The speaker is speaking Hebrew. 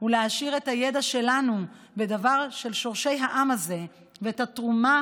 ולהעשיר את הידע שלנו בדבר שורשי העם הזה והתרומה